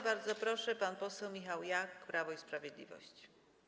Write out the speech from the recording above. Bardzo proszę, pan poseł Michał Jach, Prawo i Sprawiedliwość.